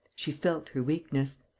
she felt her weakness.